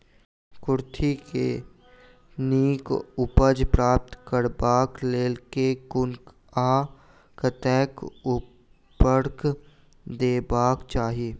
कुर्थी केँ नीक उपज प्राप्त करबाक लेल केँ कुन आ कतेक उर्वरक देबाक चाहि?